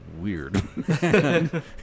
weird